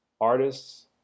artists